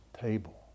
table